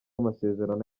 amasezerano